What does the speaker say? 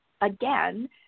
again